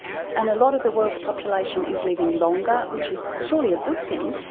and a lot of the world's population is living longer, which is surely a good thing,